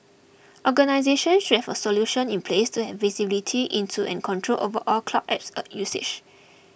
organisation should have a solution in place to have visibility into and control over all cloud apps usage